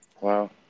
Wow